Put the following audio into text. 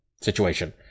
situation